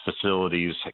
facilities